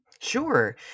Sure